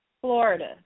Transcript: Florida